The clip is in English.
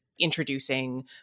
introducing